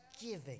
giving